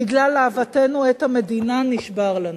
בגלל אהבתנו את המדינה נשבר לנו.